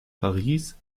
paris